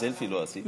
סלפי לא עשית?